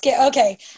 Okay